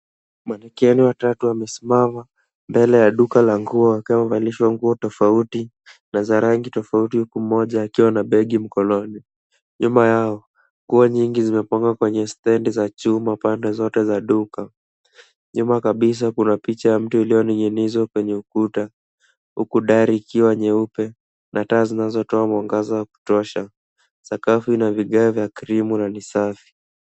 Manekini watatu wamesimama mbele ya duka la nguo wakiwa wamevalishwa nguo tofauti na za rangi tofauti huku mmoja akiwa na begi mkononi. Nyuma yao nguo nyingi zimepangwa kwenye stendi za chuma pande zote za duka. Nyuma kabisa kuna picha ya mtu iliyoning'inizwa kwenye ukuta huku dari ikiwa nyeupe na taa zinazotoa mwangaza wa kutosha. Sakafu ina vigae vya krimu na ni safi.